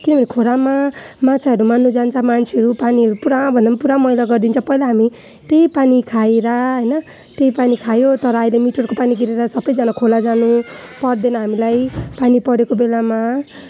किनभने खोलामा माछाहरू मार्नु जान्छ मान्छेहरू पानीहरू पुरा भन्दा पनि पुरा मैला गरिदिन्छ पहिला हामी त्यही पानी खाएर होइन त्यही पानी खायो तर आहिले मिटरको पानी किनेर सबैजना खोला जानु पर्दैन हामीलाई पानी परेको बेलामा